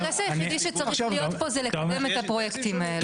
האינטרס היחידי שצריך להיות פה זה לקדם את הפרויקטים האלה.